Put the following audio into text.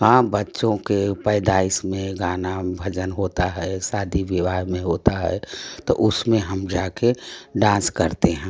हाँ बच्चों के पैदाइश में गाना भजन होता है शादी विवाह में होता है तो उसमें हम जाके डांस करते हैं